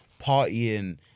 partying